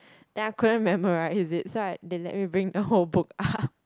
then I couldn't memorise it so I they let me bring the whole book up